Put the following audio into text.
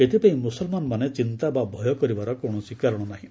ଏଥିପାଇଁ ମ୍ରସଲମାନମାନେ ଚିନ୍ତା ବା ଭୟ କରିବାର କୌଣସି କାରଣ ନାହିଁ